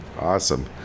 awesome